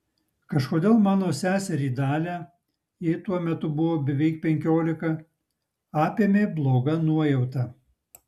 kažkodėl mano seserį dalią jai tuo metu buvo beveik penkiolika apėmė bloga nuojauta